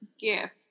gift